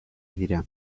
dira